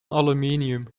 aluminium